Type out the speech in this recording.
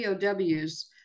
POWs